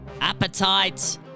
appetite